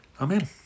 Amen